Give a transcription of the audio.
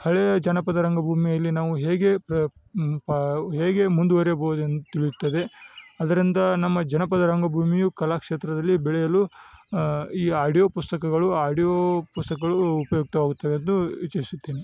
ಹಳೇ ಜಾನಪದ ರಂಗಭೂಮಿಯಲ್ಲಿ ನಾವು ಹೇಗೆ ಪ್ರ ಪ ಹೇಗೆ ಮುಂದುವರಿಯಬೋದೆಂದು ತಿಳಿಯುತ್ತದೆ ಅದರಿಂದ ನಮ್ಮ ಜನಪದ ರಂಗ ಭೂಮಿಯು ಕಲಾಕ್ಷೇತ್ರದಲ್ಲಿ ಬೆಳೆಯಲು ಈ ಆಡಿಯೋ ಪುಸ್ತಕಗಳು ಆಡಿಯೋ ಪುಸ್ತಕಗಳು ಉಪಯುಕ್ತವಾಗುತ್ತವೆ ಎಂದು ಇಚ್ಛಿಸುತ್ತೇನೆ